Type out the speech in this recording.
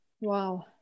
wow